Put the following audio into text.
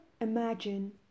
Imagine